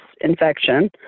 infection